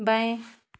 बाएँ